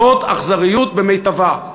זאת אכזריות במיטבה.